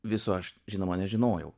viso aš žinoma nežinojau